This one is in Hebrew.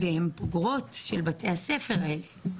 והן בוגרות של בתי הספר האלה.